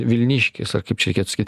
vilniškis ar kaip reikėtų sakyt